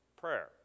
Prayer